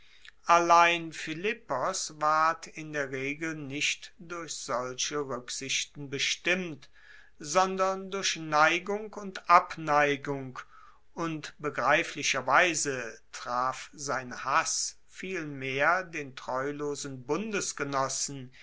allein philippos ward in der regel nicht durch solche ruecksichten bestimmt sondern durch neigung und abneigung und begreiflicherweise traf sein hass viel mehr den treulosen